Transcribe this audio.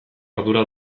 ardura